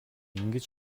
ингэж